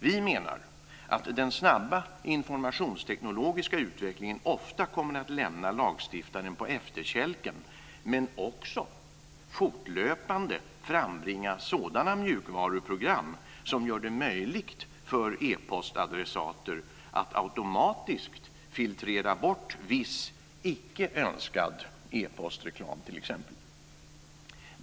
Vi menar att den snabba informationsteknologiska utvecklingen ofta kommer att lämna lagstiftaren på efterkälken men också fortlöpande frambringa sådana mjukvaruprogram som gör det möjligt för epostadressater att automatiskt filtrera bort viss icke önskad e-postreklam, t.ex.